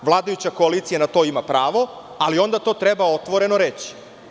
Vladajuća koalicija na to ima pravo, ali onda to treba otvoreno reći.